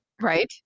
Right